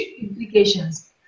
implications